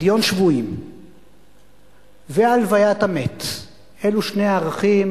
פדיון שבויים והלוויית המת אלו שני ערכים.